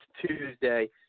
Tuesday